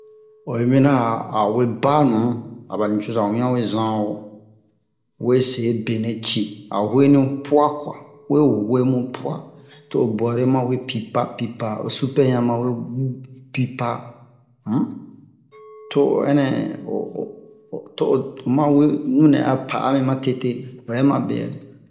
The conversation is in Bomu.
oyi minian a a o banu aba nucoza wian we zan o we se benɛ ci a hu'eni poids kuwa we hu'e mu poids to o buare ma we pipa pipa o supɛ ɲan we pipa um to o ɛnɛ o o to o ma we nunɛ a pa'a mi matete obɛ ma be'ɛ